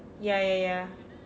ya ya ya